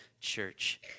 church